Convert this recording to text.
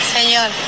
Señor